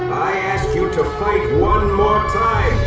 i ask you to fight one more time!